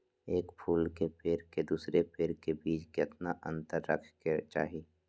एक फुल के पेड़ के दूसरे पेड़ के बीज केतना अंतर रखके चाहि?